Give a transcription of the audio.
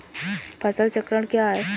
फसल चक्रण क्या है?